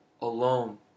alone